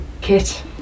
kit